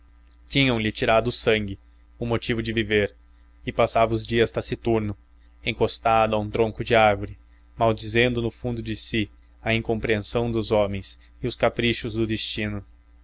macambúzio tinham-lhe tirado o sangue o motivo de viver e passava os dias taciturno encostado a um tronco de árvore maldizendo no fundo de si a incompreensão dos homens e os caprichos do destino